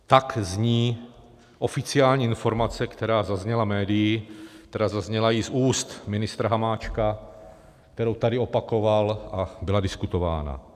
Tak zní oficiální informace, která zazněla médii, která zazněla i z úst ministra Hamáčka, kterou tady opakoval a byla diskutována.